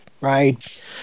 Right